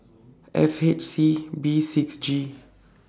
F H C B six G